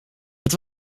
het